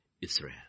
Israel